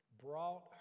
Brought